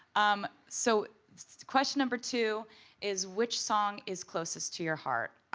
um so question number two is, which song is closest to your heart?